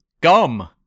gum